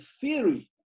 theory